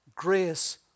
grace